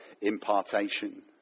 impartation